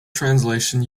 translation